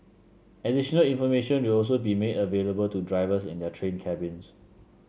additional information will also be made available to drivers in their train cabins